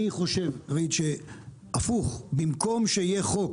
אני חושב שהפוך, במקום שיהיה חוק